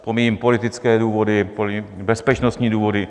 Pomíjím politické důvody, pomíjím bezpečnostní důvody.